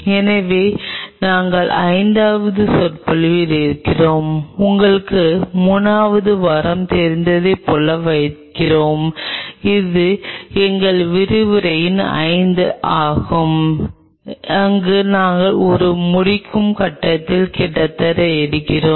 எனவே நாங்கள் ஐந்தாவது சொற்பொழிவில் இருக்கிறோம் உங்களுக்கு 3 வது வாரம் தெரிந்ததைப் போல வைக்கிறேன் இது எங்கள் விரிவுரை 5 ஆகும் அங்கு நாங்கள் அதை முடிக்கும் கட்டத்திற்கு கிட்டத்தட்ட இருக்கிறோம்